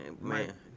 man